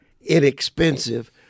inexpensive